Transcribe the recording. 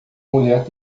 mulher